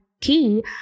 key